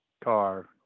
car